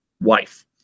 wife